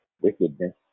wickedness